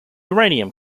uranium